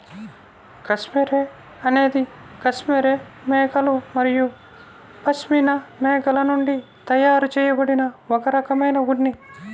cashmere అనేది cashmere మేకలు మరియు పష్మినా మేకల నుండి తయారు చేయబడిన ఒక రకమైన ఉన్ని